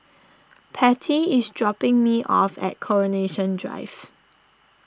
Patti is dropping me off at Coronation Drive